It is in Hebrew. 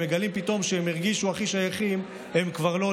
הם מגלים פתאום שהם הרגישו הכי שייכים והם כבר לא,